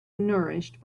nourished